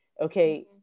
Okay